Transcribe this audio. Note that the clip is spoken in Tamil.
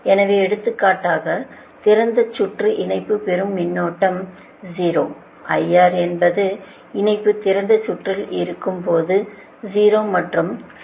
எனவே எடுத்துக்காட்டாக திறந்த சுற்று இணைப்பு பெறும் மின்னோட்டம் 0 IR என்பது இணைப்பு திறந்த சுற்றில் இருக்கும்போது 0 மற்றும் சமன்பாடு 67